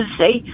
say